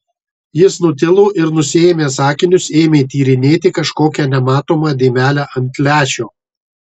jis nutilo ir nusiėmęs akinius ėmė tyrinėti kažkokią nematomą dėmelę ant lęšio